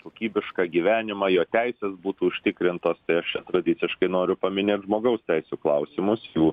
kokybišką gyvenimą jo teisės būtų užtikrintos tai aš čia tradiciškai noriu paminėt žmogaus teisių klausimus jų